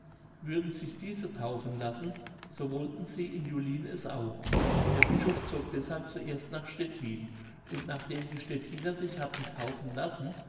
würden sich diese taufen lassen so wollten sie in julin es auch der bischof zog deshalb zuerst nach stettin und nachdem die stettiner sich hatten taufen lassen